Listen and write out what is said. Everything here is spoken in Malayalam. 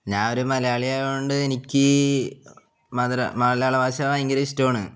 ഞാൻ ഒരു മലയാളി ആയത് കൊണ്ട് എനിക്ക് മലയാളം മലയാള ഭാഷ ഭയങ്കര ഇഷ്ടമാണ്